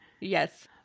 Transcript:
Yes